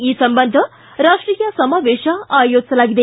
ಈ ಸಂಬಂಧ ರಾಷ್ಷೀಯ ಸಮಾವೇಶ ಆಯೋಜಿಸಲಾಗಿದೆ